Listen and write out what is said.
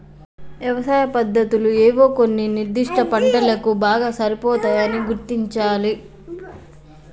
యవసాయ పద్దతులు ఏవో కొన్ని నిర్ధిష్ట పంటలకు బాగా సరిపోతాయని గుర్తించాలి